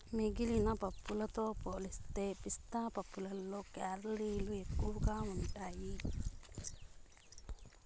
మిగిలిన పప్పులతో పోలిస్తే పిస్తా పప్పులో కేలరీలు ఎక్కువగా ఉంటాయి